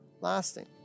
lasting